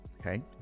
okay